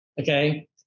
Okay